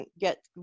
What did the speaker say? get